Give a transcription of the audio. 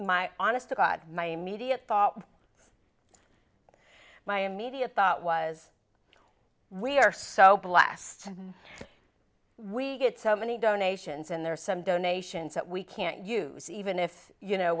my honest to god my immediate thought my immediate thought was we are so blessed and we get so many donations and there are some donations that we can't use even if you know